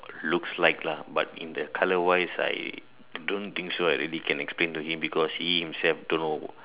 looks like lah but in the colour wise I don't think so I can really explain to him because he himself don't know